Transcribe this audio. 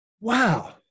wow